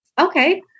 Okay